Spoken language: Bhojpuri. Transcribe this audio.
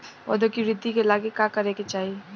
पौधों की वृद्धि के लागी का करे के चाहीं?